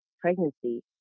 pregnancy